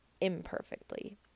imperfectly